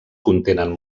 contenen